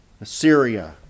Assyria